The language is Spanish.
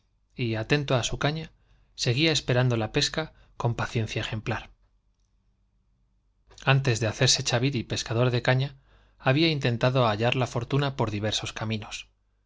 y atento á su caña seguía esperando la pesca con paciencia ejemplar antes de hacerse ya vi y pescador de caña antes de hacerse chaviri pescador de caña habí intentado hallar la fortuna diversos caminos